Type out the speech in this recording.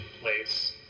place